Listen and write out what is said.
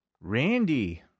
Randy